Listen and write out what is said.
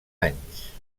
anys